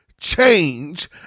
change